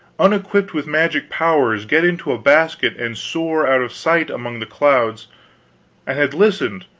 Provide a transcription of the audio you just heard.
unequipped with magic powers, get into a basket and soar out of sight among the clouds and had listened,